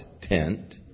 tent